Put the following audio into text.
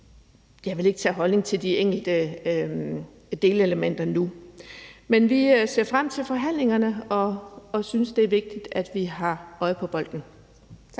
jeg ikke tage stilling til de enkelte delelementer nu. Men vi ser frem til forhandlingerne og synes, at det er vigtigt, at vi har øje på bolden.